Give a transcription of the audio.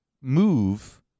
move